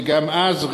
וגם אז,